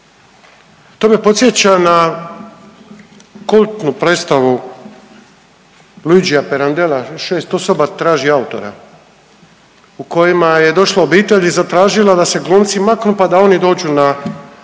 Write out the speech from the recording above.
To me podsjeća na kultnu predstavu Luigia Pirandella 6 osoba traži autora, u kojima je došla obitelj da se glumci maknu pa da oni dođu na